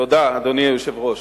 תודה, אדוני היושב-ראש.